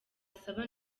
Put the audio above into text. saba